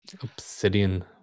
Obsidian